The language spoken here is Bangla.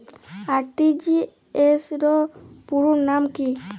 আর.টি.জি.এস র পুরো নাম কি?